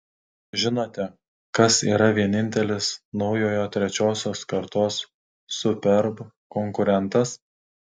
žinote kas yra vienintelis naujojo trečiosios kartos superb konkurentas